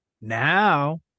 Now